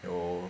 oh